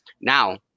Now